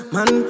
Man